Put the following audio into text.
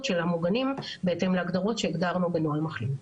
של המוגנים בהתאם להגדרות שהגדרנו בנוהל מחלים.